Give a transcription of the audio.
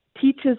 teaches